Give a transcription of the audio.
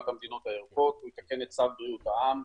המדינות הירוקות ויתקן את צו בריאות העם.